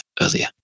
earlier